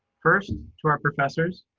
first, to our professors,